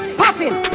popping